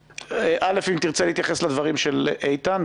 א', תרצה להתייחס לדברים של איתן?